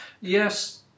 Yes